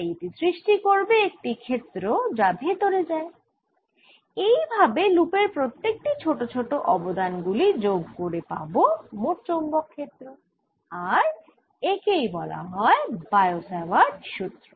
তাই এটি সৃষ্টি করবে একটি ক্ষেত্র যা ভেতরে যায় এই ভাবে এই লুপের প্রত্যেক টি ছোট ছোট অবদান গুলি যোগ করে পাবো মোট চৌম্বক ক্ষেত্র আর একেই বলা হয় বায়ো স্যাভার্ট সুত্র